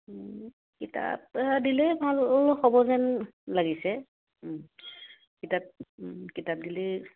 কিতাপ দিলেই ভাল হ'ব হ'ব যেন লাগিছে কিতাপ কিতাপ দিলেই অঁ